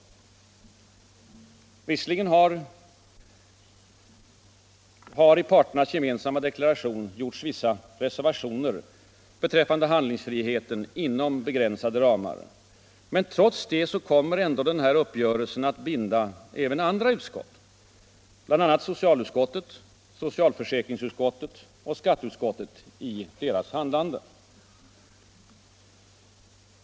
Reservationer har visserligen gjorts i parternas gemensamma deklaration rörande handlingsfriheten inom begränsade ramar. Trots detta binder emellertid uppgörelsen även andra utskott — bl.a. socialutskottet, socialförsäkringsutskottet och skatteutskottet — i deras handlande.